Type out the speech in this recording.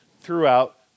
throughout